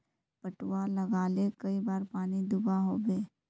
पटवा लगाले कई बार पानी दुबा होबे?